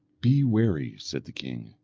be wary, said the king,